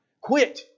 Quit